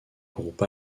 groupe